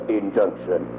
injunction